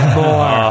more